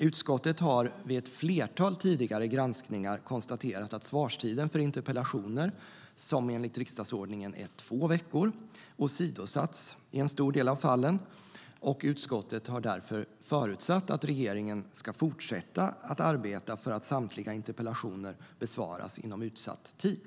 Utskottet har vid ett flertal tidigare granskningar konstaterat att svarstiden för interpellationer, som enligt riksdagsordningen är två veckor, har åsidosatts i en stor del av fallen. Utskottet har därför förutsatt att regeringen ska fortsätta att arbeta för att samtliga interpellationer besvaras inom utsatt tid.